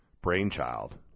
brainchild